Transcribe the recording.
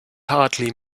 hardly